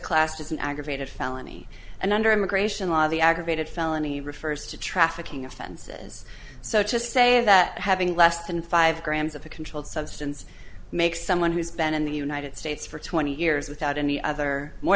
classed as an aggravated felony and under immigration law the aggravated felony refers to trafficking offenses so just say that having less than five grams of a controlled substance makes someone who's been in the united states for twenty years without any other more